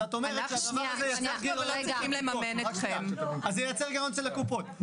אז את אומרת שהדבר הזה ייצר גירעון אצל הקופות.